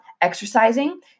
exercising